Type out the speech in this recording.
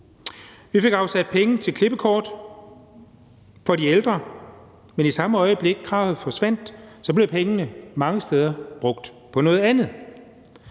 Vi fik afsat penge til klippekort for de ældre, men i samme øjeblik kravet forsvandt, blev pengene mange steder brugt på noget andet.